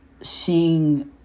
seeing